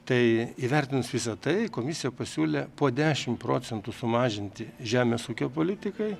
tai įvertinus visa tai komisija pasiūlė po dešim procentų sumažinti žemės ūkio politikai